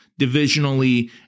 divisionally